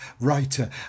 writer